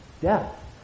Death